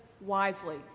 wisely